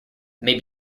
may